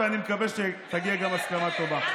ואני מקווה שתגיע גם הסכמה טובה.